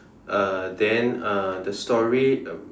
uh then uh the story um